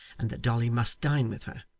and that dolly must dine with her.